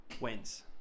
wins